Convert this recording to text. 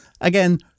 Again